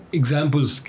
examples